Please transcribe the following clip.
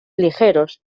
ligeros